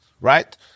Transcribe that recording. right